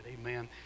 Amen